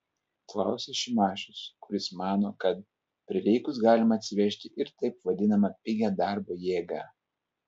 klausia šimašius kuris mano kad prireikus galima atsivežti ir taip vadinamą pigią darbo jėgą